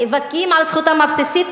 נאבקים על זכותם הבסיסית.